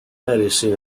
medicine